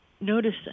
notice